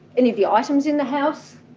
any of the items in the house,